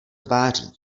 tváří